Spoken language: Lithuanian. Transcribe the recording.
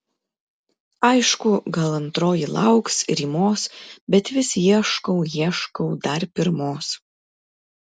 aišku gal antroji lauks rymos bet vis ieškau ieškau dar pirmos